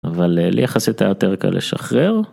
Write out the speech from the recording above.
אבל לייחס איתה יותר קל לשחרר.